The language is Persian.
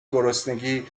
گرسنگی